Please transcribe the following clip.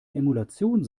emulation